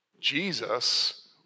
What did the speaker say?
Jesus